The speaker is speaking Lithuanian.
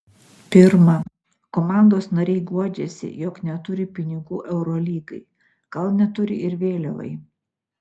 pirma komandos nariai guodžiasi jog neturi pinigų eurolygai gal neturi ir vėliavai